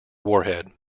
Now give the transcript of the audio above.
warhead